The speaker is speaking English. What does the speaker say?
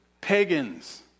pagans